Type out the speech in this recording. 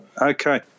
Okay